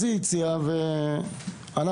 אז היא הציעה ואנחנו,